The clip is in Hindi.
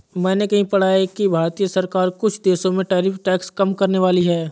मैंने कहीं पढ़ा है कि भारतीय सरकार कुछ देशों पर टैरिफ टैक्स कम करनेवाली है